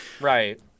right